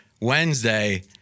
Wednesday